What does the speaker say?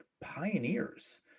pioneers